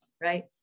right